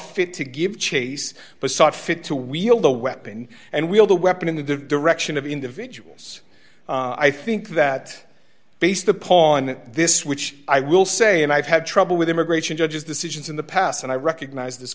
fit to give chase but saw fit to wield a weapon and wield a weapon in the direction of individuals i think that based upon this which i will say and i have had trouble with immigration judges decisions in the past and i recognize this